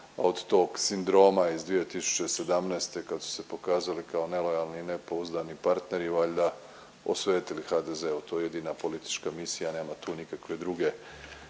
od tog sindroma iz 2017. kad su se pokazali kao nelojalni i nepouzdani partneri valjda osvetili HDZ-u. To je jedina politička misija, nema tu nikakve druge